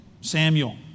Samuel